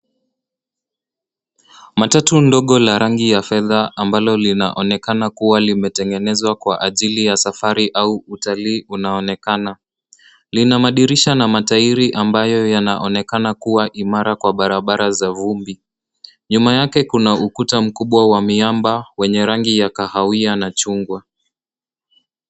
Matatu ndogo la rangi ya fedha ambalo linaonekana kuwa limetengenezwa kwa ajili ya safari au utalii unaonekana. Lina madirisha na matairi ambayo yanaonekana kuwa imara kwa barabara za vumbi. Nyuma yake kuna ukuta mkubwa wa miamba wenye rangi ya kahawia na chungwa.